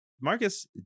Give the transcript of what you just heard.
Marcus